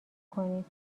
کنید